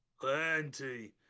plenty